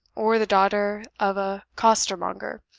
or the daughter of a costermonger.